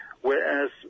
whereas